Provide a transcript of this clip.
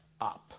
up